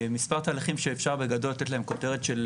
תהליכים שאפשר בגדול לתת להם כותרת של